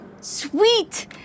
Sweet